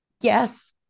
yes